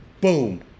Boom